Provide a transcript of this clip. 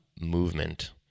movement